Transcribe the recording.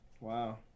wow